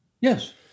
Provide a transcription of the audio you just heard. yes